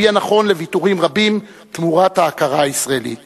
הוא יהיה נכון לוויתורים רבים תמורת ההכרה הישראלית.